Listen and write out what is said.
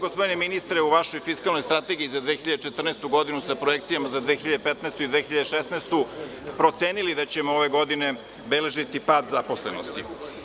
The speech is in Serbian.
Gospodine ministre, vi ste u vašoj fiskalnoj strategiji za 2014. godinu sa projekcijama za 2015. i 2016. godinu procenili da ćemo ove godine beležiti pad zaposlenosti.